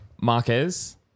Marquez